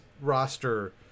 roster